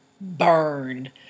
burned